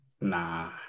nah